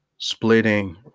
Splitting